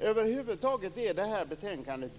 Över huvud taget är betänkandet